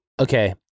Okay